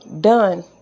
done